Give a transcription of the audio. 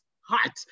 hot